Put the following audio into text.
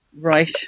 Right